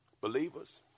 Believers